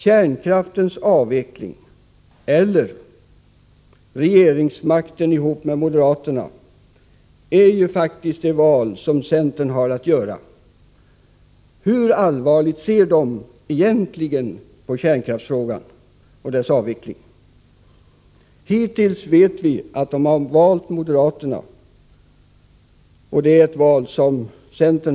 Kärnkraftens avveckling eller regeringsmakten ihop med moderaterna — det är faktiskt det val centern har att göra. Hur allvarligt ser den egentligen på frågan om kärnkraftens avveckling? Hittills har centern valt moderaterna.